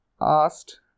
asked